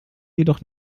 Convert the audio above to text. jedoch